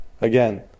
again